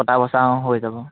কটা বছা অঁ হৈ যাব